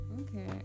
okay